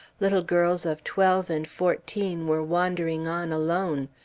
little girls of twelve and fourteen were wandering on alone.